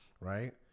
right